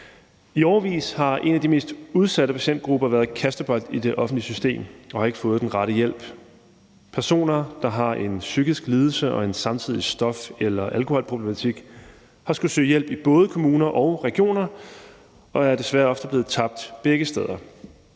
I årevis har en af de mest udsatte patientgrupper været kastebold i det offentlige system og har ikke fået den rette hjælp. Personer, der har en psykisk lidelse og samtidig en stof- eller alkoholproblematik, har skullet søge hjælp i både kommuner og regioner og er desværre ofte blevet tabt begge steder.